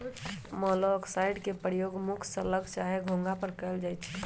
मोलॉक्साइड्स के प्रयोग मुख्य स्लग चाहे घोंघा पर कएल जाइ छइ